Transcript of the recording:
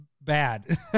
bad